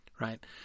right